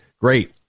Great